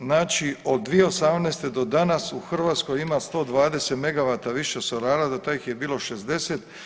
Znači od 2018. do danas u Hrvatskoj ima 120 megavata više solara, do tad ih je bilo 60.